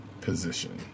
position